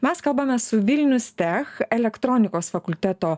mes kalbame su vilnius tech elektronikos fakulteto